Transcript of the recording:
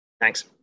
thanks